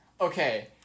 Okay